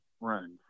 runs